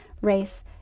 race